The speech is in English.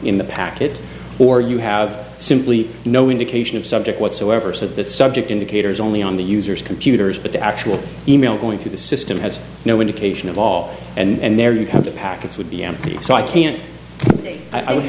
in the packet or you have simply no indication of subject whatsoever so the subject indicator is only on the user's computers but the actual email going through the system has no indication of all and there you come to packets would be empty so i can't